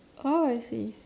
orh I see